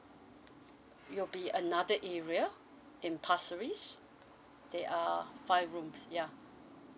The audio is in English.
it will be another area in pasir ris they are five rooms ya